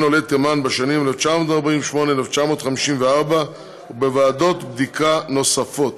עולי תימן בשנים 1948 1954 ובוועדות בדיקה נוספות.